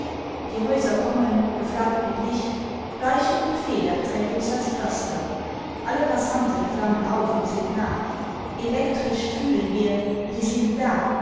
die häuser kommen geflaggt mit licht leicht und befedert trägt uns das pflaster alle passanten flammen auf und sind nah elektrisch fühlen wir wir sind da